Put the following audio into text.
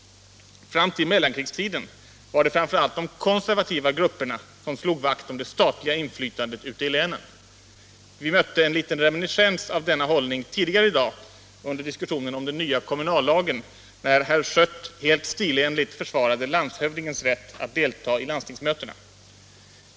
Fram till mellankrigstiden var det framför allt de konservativa grupperna som slog vakt om det statliga inflytandet ute i länen. Vi mötte en liten reminiscens av denna hållning tidigare i dag under diskussionen om den nya kommunallagen, när herr Schött helt stilenligt försvarade landshövdingens rätt att delta i landstingsmötena.